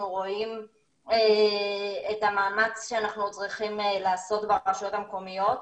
רואים את המאמץ שאנחנו צריכים לעשות ברשויות המקומיות,